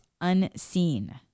unseen